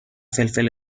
فلفل